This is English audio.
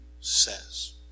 says